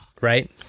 Right